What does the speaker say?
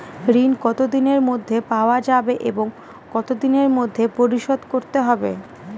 ঋণ কতদিনের মধ্যে পাওয়া যাবে এবং কত দিনের মধ্যে পরিশোধ করতে হবে?